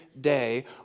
day